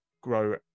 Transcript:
grow